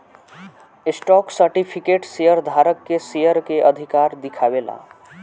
stock certificate share धारक के share के अधिकार दिखावे ला